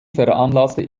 veranlasste